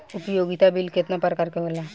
उपयोगिता बिल केतना प्रकार के होला?